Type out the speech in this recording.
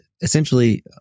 essentially